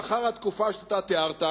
לבטח לאחר התקופה שאתה תיארת,